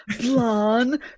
blonde